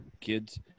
kids